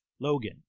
Logan